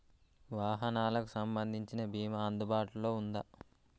వాహనాలకు సంబంధించిన బీమా అందుబాటులో ఉందా?